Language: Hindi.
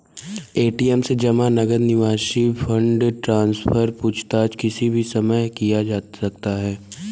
ए.टी.एम से जमा, नकद निकासी, फण्ड ट्रान्सफर, पूछताछ किसी भी समय किया जा सकता है